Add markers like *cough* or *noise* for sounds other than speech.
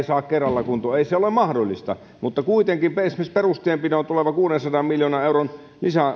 *unintelligible* saa kerralla kuntoon ei se ole mahdollista mutta kuitenkin esimerkiksi perustienpitoon tuleva kuudensadan miljoonan euron